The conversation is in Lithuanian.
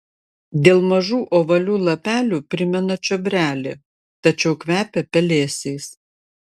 dėl mažų ovalių lapelių primena čiobrelį tačiau kvepia pelėsiais